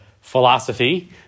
philosophy